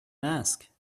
ask